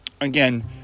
Again